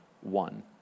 one